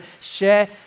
share